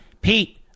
Pete